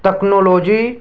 technology